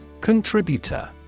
Contributor